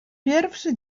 pierwszy